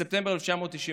בספטמבר 1997,